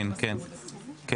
12:50.